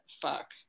fuck